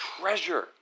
treasure